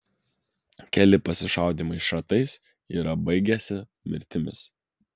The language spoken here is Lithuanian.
keli pasišaudymai šratais yra baigęsi mirtimis